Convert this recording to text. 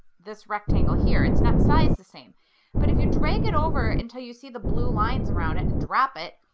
this rectangle here is not sized the same but if you drag it over until you see the blue lines around it and drop it,